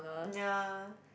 ya